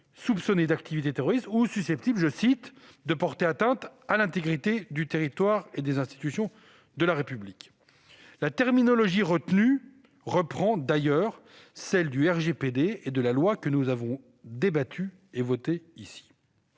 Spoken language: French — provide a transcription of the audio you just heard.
soupçonnée d'activités terroristes ou susceptible « de porter atteinte à l'intégrité du territoire ou des institutions de la République ». La terminologie retenue reprend d'ailleurs celle du RGPD et de la loi que nous avions débattue et votée ici.